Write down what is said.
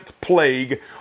plague